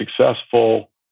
successful